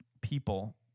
people